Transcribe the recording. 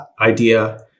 idea